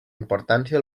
importància